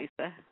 Lisa